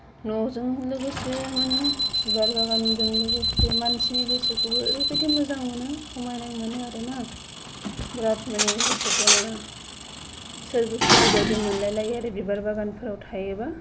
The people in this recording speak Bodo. न'जों लोगोसे माने बिबार बागानजों लोगोसे मानसिनि गोसोखौबो ओरबायदि मोजां मोनो समायनाय मोनो आरोना बिराद माने गोसोखौनो सोरगोफुरि बायदि मोनलाय लायो आरो बिबार बागानफोराव थायोब्ला